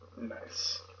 Nice